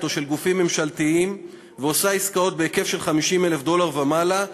או של גופים ממשלתיים ועושה עסקאות בהיקף של 50,000 דולר ומעלה,